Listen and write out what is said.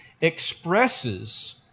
expresses